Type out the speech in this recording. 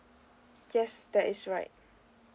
yes that is right